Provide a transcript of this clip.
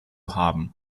haben